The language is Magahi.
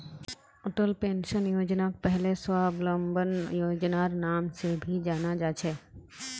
अटल पेंशन योजनाक पहले स्वाबलंबन योजनार नाम से भी जाना जा छे